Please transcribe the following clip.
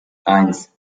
eins